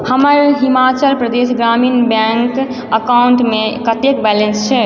हमर हिमाचल प्रदेश ग्रामीण bank account मे कतेक बैलेंस छै